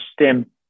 STEM